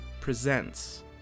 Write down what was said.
presents